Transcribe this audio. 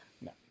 No